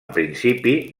principi